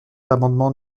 l’amendement